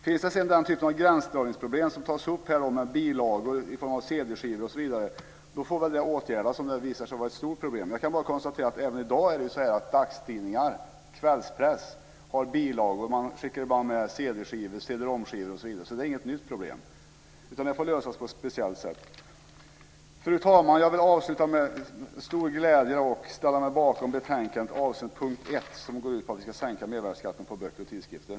Här har tagits upp gränsdragningsproblem vad gäller bilagor i form av cd-skivor osv. Om detta visar sig vara ett stort problem, får det väl åtgärdas. Jag kan bara konstatera att vi även i dag har dagstidningar och kvällspress som skickar med bilagor i form av cdskivor, cd-romskivor osv., så detta är inte något nytt problem. Detta får lösas genom speciella åtgärder. Fru talman! Jag vill avsluta med att med stor glädje ställa mig bakom utskottets förslag under punkt 1, som går ut på att vi ska sänka mervärdesskatten på böcker och tidskrifter.